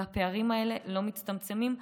והם לא מצטמצמים,